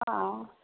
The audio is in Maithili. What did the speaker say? हॅं